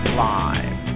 live